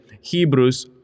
Hebrews